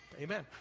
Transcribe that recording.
Amen